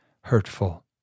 hurtful